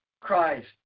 Christ